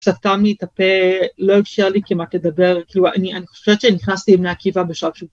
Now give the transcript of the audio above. סתם לי את הפה, לא אפשר לי כמעט לדבר, כי... אני חושבת שאני נכנסתי לבני עקיבה בשלב ש...